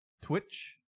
Twitch